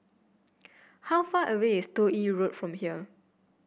how far away is Toh Yi Road from here